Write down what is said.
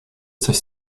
coś